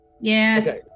Yes